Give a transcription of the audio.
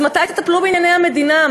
אז מתי תטפלו בענייני המדינה?